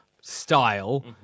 Style